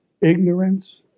ignorance